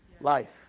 life